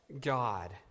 God